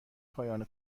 پایان